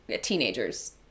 teenagers